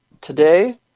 today